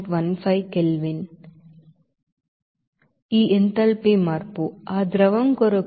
15 kelvin ఈ enthalpy మార్పు ఆ ద్రవం కొరకు ఇది 22